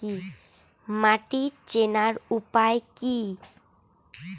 মাটি চেনার উপায় কি?